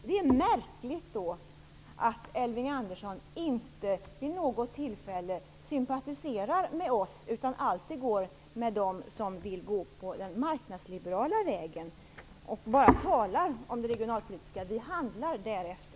Det är märkligt att Elving Andersson inte vid något tillfälle sympatiserar med oss socialdemokrater utan alltid följer med dem som vill gå den marknadsliberala vägen. Han bara talar om regionalpolitik, medan vi handlar därefter.